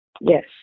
Yes